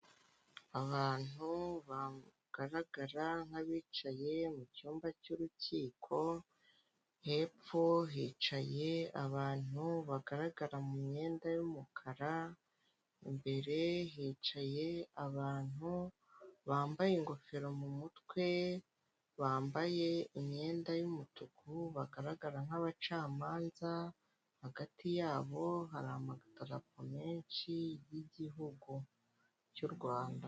Abantu bagaragara nk'abicaye mu cyumba cy'urukiko hepfo hicaye abantu bagaragara mu myenda y'umukara imbere hicaye abantu bambaye ingofero mu mutwe bambaye imyenda y'umutuku bagaragara nkabacamanza hagati yabo hari amatarapo menshi y'igihugu cyu Rwanda.